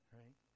right